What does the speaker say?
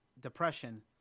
depression